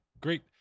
great